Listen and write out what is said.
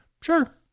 sure